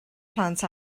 plant